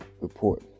report